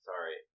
Sorry